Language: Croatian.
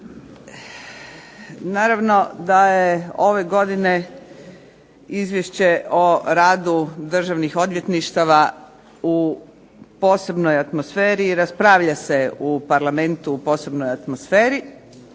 Naravno da je ove godine Izvješće o radu državnih odvjetništava u posebnoj atmosferi i raspravlja se u Parlamentu u posebnoj atmosferi